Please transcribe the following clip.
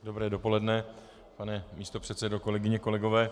Dobré dopoledne, pane místopředsedo, kolegyně, kolegové.